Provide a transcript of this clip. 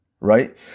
right